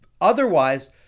Otherwise